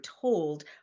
told